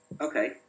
Okay